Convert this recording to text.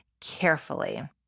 carefully